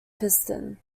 piston